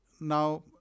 Now